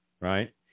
Right